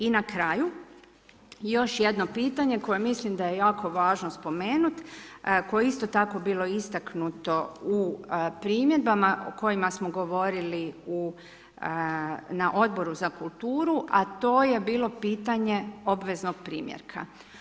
I na kraju, još jedno pitanje koje mislim da je jako važno spomenuti, koje isto tako bilo istaknuto u primjedbama o kojima smo govorili na Odboru za kulturu, a to je bilo pitanje obveznog primjerka.